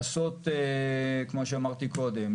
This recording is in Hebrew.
לעשות כמו שאמרתי קודם,